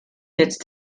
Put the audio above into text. jetzt